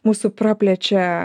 mūsų praplečia